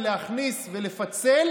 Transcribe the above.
ולהכניס ולפצל